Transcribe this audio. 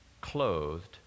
clothed